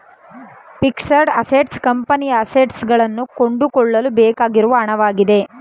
fixed assets ಕಂಪನಿಯ assets ಗಳನ್ನು ಕೊಂಡುಕೊಳ್ಳಲು ಬೇಕಾಗಿರುವ ಹಣವಾಗಿದೆ